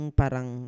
parang